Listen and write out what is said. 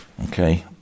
Okay